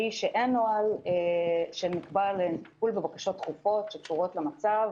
והיא שאין נוהל שנבקע לטיפול בבקשות דחופות שקשורות למצב.